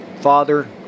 Father